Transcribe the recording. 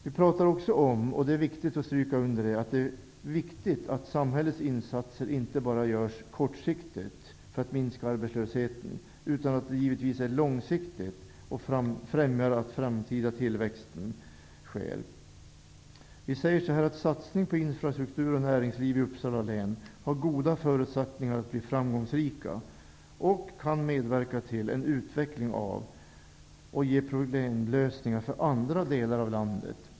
Vi pratar också om, och det är viktigt att stryka under det, att samhällets insatser inte bara görs kortsiktigt för att minska arbetslösheten, utan de skall givetvis vara långsiktiga och främja den framtida tillväxten. Satsningar på infrastruktur och näringsliv i Uppsala län har goda förutsättningar att bli framgångsrika. De kan medverka till en utveckling av och ge problemlösningar för andra delar av landet.